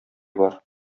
бaр